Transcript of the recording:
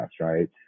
right